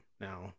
Now